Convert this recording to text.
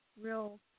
real